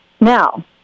Now